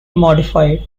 modified